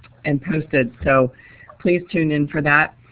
and posted, so please tune in for that.